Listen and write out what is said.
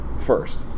first